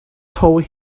told